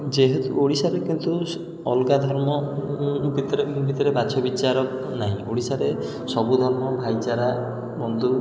ଯେହେତୁ ଓଡ଼ିଶାରେ କିନ୍ତୁ ସୁ ଅଲଗା ଧର୍ମ ଭିତରେ ଭିତରେ ବାଛ ବିଚାର ନାହିଁ ଓଡ଼ିଶାରେ ସବୁ ଧର୍ମ ଭାଇଚାରା ବନ୍ଧୁ